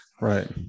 right